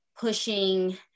pushing